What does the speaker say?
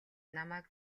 намайг